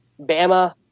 Bama –